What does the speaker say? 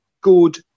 good